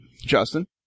Justin